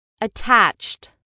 Attached